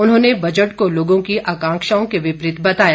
उन्होंने बजट को लोगों की आकांक्षाओं के विपरीत बताया